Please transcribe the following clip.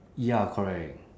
ya correct